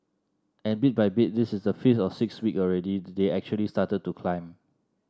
and bit by bit this is the fifth or sixth week already they actually started to climb